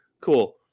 Cool